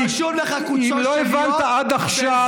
אם לא הבנת עד עכשיו,